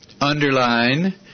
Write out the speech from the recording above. underline